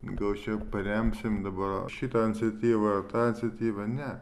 gal čia paremsim dabar šitą iniciatyvą tą iniciatyvą ne